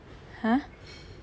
!huh!